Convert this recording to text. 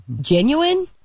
genuine